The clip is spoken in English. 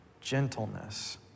gentleness